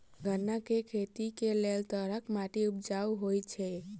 गन्ना केँ खेती केँ लेल केँ तरहक माटि उपजाउ होइ छै?